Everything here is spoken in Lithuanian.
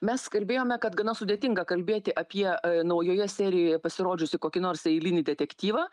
mes kalbėjome kad gana sudėtinga kalbėti apie naujoje serijoje pasirodžiusį kokį nors eilinį detektyvą